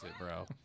bro